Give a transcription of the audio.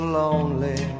lonely